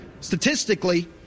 statistically